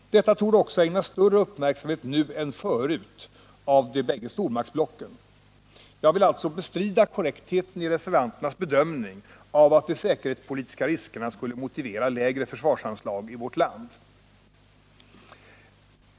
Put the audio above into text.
Detta torde också ägnas större uppmärksamhet nu än förut av de bägge stormaktsblocken. Jag vill alltså bestrida korrektheten i reservanternas bedömning att de säkerhetspolitiska riskerna skulle motivera lägre försvarsanslag i vårt land.